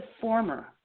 former